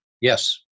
Yes